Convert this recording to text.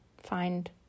find